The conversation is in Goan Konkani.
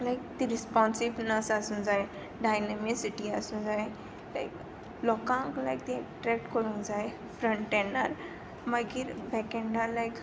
लायक ती रिस्पॉन्सिवनस आसूं जाय डायनॅमिसिटी आसूं जाय लायक लोकांक लायक ती एट्रॅक्ट करूंक जाय फ्रंट एंडार मागीर बॅक एंडा लायक